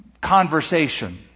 conversation